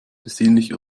besinnlich